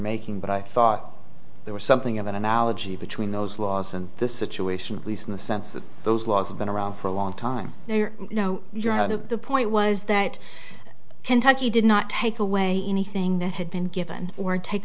making but i thought there was something of an analogy between those laws and the situation at least in the sense that those laws have been around for a long time they are no you're out of the point was that kentucky did not take away anything that had been given or take